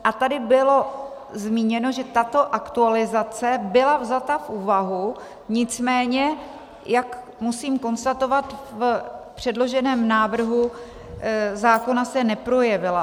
A tady bylo zmíněno, že tato aktualizace byla vzata v úvahu, nicméně, jak musím konstatovat, v předloženém návrhu zákona se neprojevila.